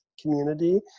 community